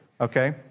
okay